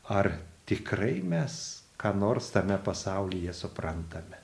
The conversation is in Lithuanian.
ar tikrai mes ką nors tame pasaulyje suprantame